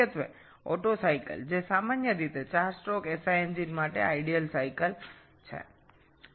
প্রাথমিকভাবে ওটো চক্র যা সাধারণত ৪ স্ট্রোক যুক্ত এসআই ইঞ্জিন বা এসআই ইঞ্জিনগুলির জন্য আদর্শ চক্র